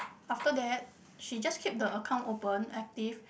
after that she just keep the account open active